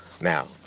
Now